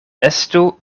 estu